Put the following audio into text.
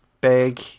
big